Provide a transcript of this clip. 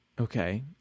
okay